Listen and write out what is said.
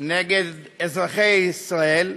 נגד אזרחי ישראל,